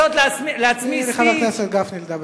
תני לחבר הכנסת גפני לדבר.